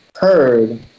heard